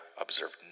observed